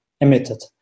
emitted